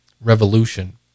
Revolution